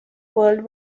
world